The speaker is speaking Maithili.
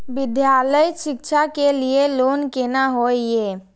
विद्यालय शिक्षा के लिय लोन केना होय ये?